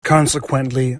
consequently